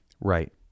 Right